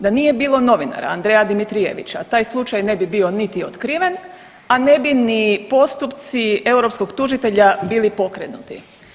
Da nije bilo novinara Andreja Dimitrijevića, taj slučaj ne bi bio niti otkriven, a ne bi ni postupci europskog tužitelja bili pokrenuti.